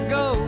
go